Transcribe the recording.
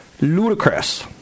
Ludicrous